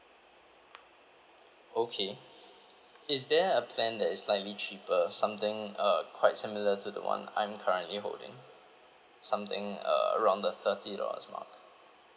okay is there a plan that is slightly cheaper something uh quite similar to the one I'm currently holding something uh around the thirty dollars mark